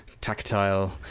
tactile